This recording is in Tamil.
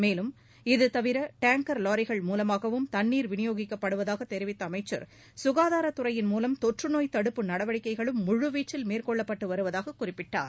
மேலும் இதுதவிர டேங்கர் லாரிகள் மூலமாகவும் தண்ணீர் விநியோகிக்கப்படுவதாக தெரிவித்த அமைச்சர் சுகாதார துறையின் மூலம் தொற்றநோய் தடுப்பு நடவடிக்கைகளும் முழுவீச்சில் மேற்கொள்ளப்பட்டு வருவதாக குறிப்பிட்டார்